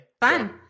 Fun